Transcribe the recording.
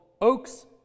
oaks